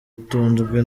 atunzwe